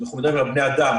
אנחנו מדברים על בני אדם,